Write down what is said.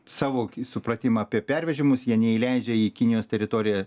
savo supratimą apie pervežimus jie neįleidžia į kinijos teritoriją